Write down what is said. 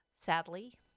sadly